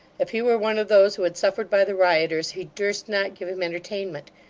if he were one of those who had suffered by the rioters, he durst not give him entertainment.